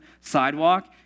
sidewalk